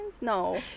no